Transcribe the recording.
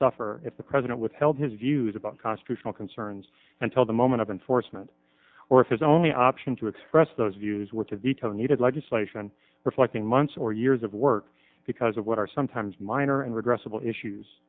suffer if the president withheld his views about constitutional concerns until the moment of enforcement or if his only option to express those views were to veto needed legislation reflecting months or years of work because of what are sometimes minor and regrettable issues